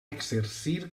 exercir